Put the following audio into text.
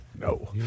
No